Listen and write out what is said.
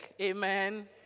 Amen